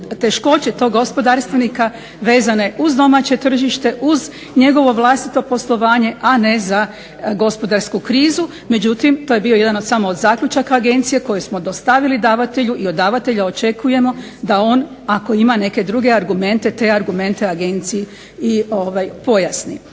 teškoće tog gospodarstvenika vezane uz domaće tržište, uz njegovo vlastito poslovanje, a ne za gospodarsku krizu. Međutim, to je bio jedan samo od zaključaka agencije koju smo dostavili davatelju i od davatelja očekujemo da on ako ima neke druge argumente te argumente agenciji i pojasni.